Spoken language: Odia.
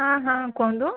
ହଁ ହଁ କୁହନ୍ତୁ